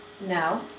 No